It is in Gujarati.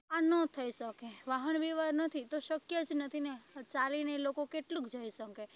આ ન થઈ શકે વાહન વ્યવહાર નથી તો શક્ય જ નથીને ચાલીને એ લોકો કેટલુંક જઈ શકે